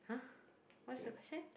!huh! what's the question